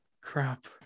Crap